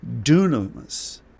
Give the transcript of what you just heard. dunamis